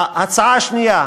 ההצעה השנייה,